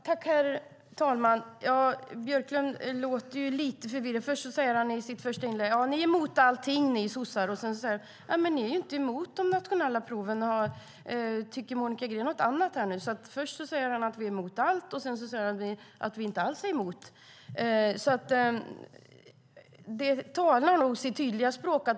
Herr talman! Jan Björklund låter lite förvirrad. I sitt första inlägg säger han: Ni sossar är emot allting. Sedan säger han: Ni är ju inte emot de nationella proven. Tycker Monica Green något annat? Först säger han att vi är emot allt, sedan säger han att vi inte alls är emot. Det talar nog sitt tydliga språk.